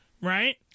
Right